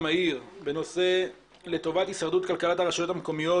על סדר היום דיון מהיר בנושא: "לטובת הישרדות כלכלת הרשויות המקומיות,